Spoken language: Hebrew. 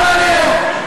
לא מעניין.